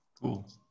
Cool